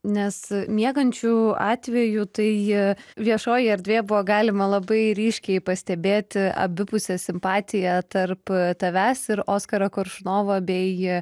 nes miegančių atveju tai viešoji erdvė buvo galima labai ryškiai pastebėti abipusę simpatiją tarp tavęs ir oskaro koršunovo bei